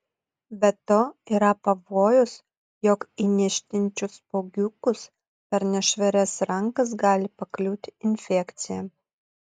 be to yra pavojus jog į niežtinčius spuogiukus per nešvarias rankas gali pakliūti infekcija